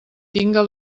tinga